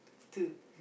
two